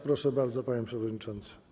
Proszę bardzo, panie przewodniczący.